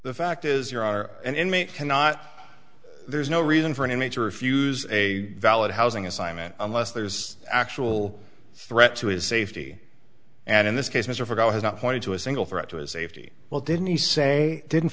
the fact is your are an inmate cannot there's no reason for an image to refuse a valid housing assignment unless there's actual threat to his safety and in this case mr for has not pointed to a single threat to his safety well didn't he say didn't